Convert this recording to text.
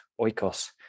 oikos